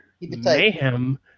Mayhem